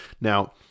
Now